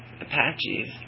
Apaches